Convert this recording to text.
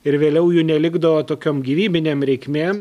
ir vėliau jų nelikdavo tokiom gyvybinėm reikmėm